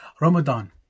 Ramadan